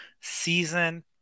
season